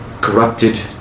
corrupted